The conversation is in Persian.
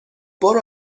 برو